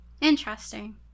interesting